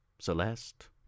Celeste